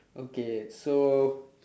okay so